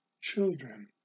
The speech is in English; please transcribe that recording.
children